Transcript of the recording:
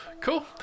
Cool